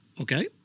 Okay